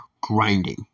grinding